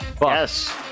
Yes